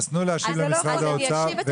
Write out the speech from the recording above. תנו להשיב למשרד האוצר,